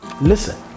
listen